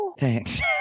Thanks